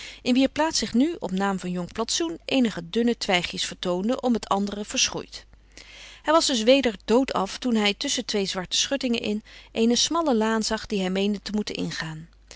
in wier plaats zich nu op naam van jong plantsoen eenige dunne twijgjes vertoonden om het andere verschroeid hij was dus weder doodaf toen hij tusschen twee zwarte schuttingen in eene smalle laan zag die hij meende te moeten ingaan